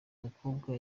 mukobwa